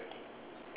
ya correct